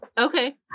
okay